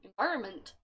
environment